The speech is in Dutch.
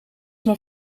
maar